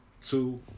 Two